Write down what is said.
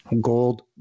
gold